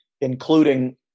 including